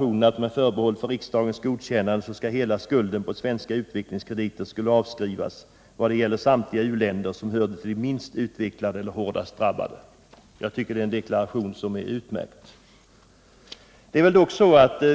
under förutsättning av riksdagens godkännande skulle hela skulden på svenska utvecklingskrediter avskrivas för samtliga u-länder som hör till de minst utvecklade eller hårdast drabbade. Jag tycker det är en utmärkt deklaration.